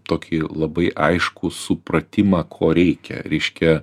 tokį labai aiškų supratimą ko reikia reiškia